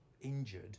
injured